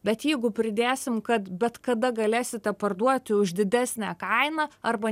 bet jeigu pridėsim kad bet kada galėsite parduoti už didesnę kainą arba